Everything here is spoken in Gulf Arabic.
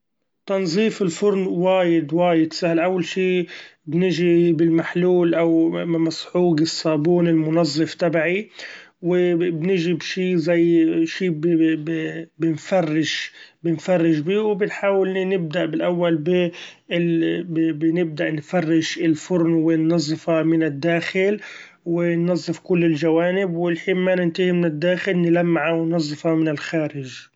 تنظيف الفرن وايد وايد سهل; أول شي بنچي بالمحلول أو مسحوق الصابون المنظف تبعي وبنچي بشي زي شي ‹ hesitate › بنفرش- بنفرش بيه، وبنحأول نبدأ بالأول بنبدأ نفرش الفرن وننظفه من الداخل وننظف كل الچوإنب لحين ما ننتهي من الداخل نلمعه وننظفه من الخارچ.